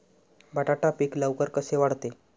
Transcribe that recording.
बटाटा पीक लवकर कसे वाढते?